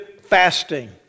fasting